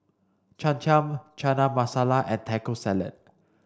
Cham Cham Chana Masala and Taco Salad